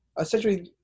essentially